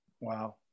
Wow